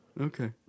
Okay